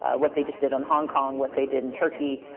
ah what they just did on hong kong, what they did in turkey,